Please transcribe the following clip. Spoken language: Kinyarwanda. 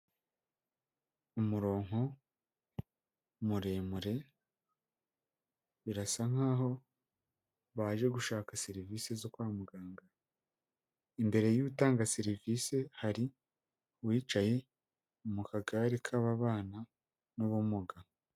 Umurongo muremure, birasa nkaho baje gushaka serivisi zo kwa muganga, imbere y'utanga serivisi hari uwicaye mu kagare k'ababana n'ubumuga.